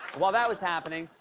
while that was happening,